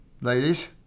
ladies